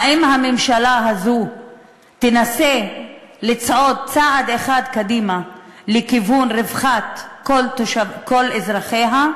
האם הממשלה הזאת תנסה לצעוד צעד אחד קדימה לכיוון רווחת כל אזרחיה?